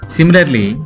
Similarly